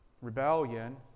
Rebellion